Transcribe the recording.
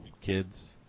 kids